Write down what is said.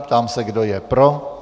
Ptám se, kdo je pro.